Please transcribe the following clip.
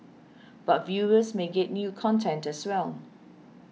but viewers may get new content as well